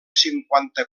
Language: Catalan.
cinquanta